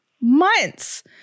months